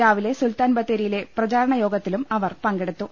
രാവിലെ സുൽത്താൻ ബത്തേരിയിലെ പ്രചാരണ യോഗത്തിലും അവർ പങ്കെടുത്തു